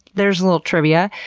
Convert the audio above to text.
there's a little trivia.